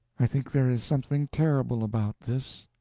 i think there is something terrible about this.